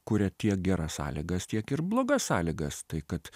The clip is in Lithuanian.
kuria tiek geras sąlygas tiek ir blogas sąlygas tai kad